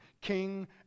king